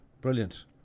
brilliant